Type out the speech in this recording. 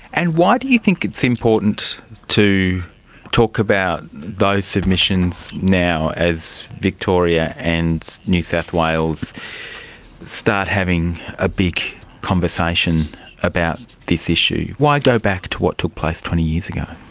and why do you think it's important to talk about those submissions now as victoria and new south wales start having a big conversation about this issue? why go back to what took place twenty years ago?